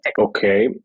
okay